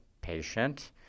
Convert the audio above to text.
patient